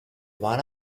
one